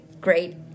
great